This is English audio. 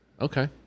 Okay